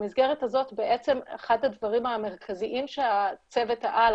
במסגרת הזאת אחד הדברים המרכזיים שצוות העל,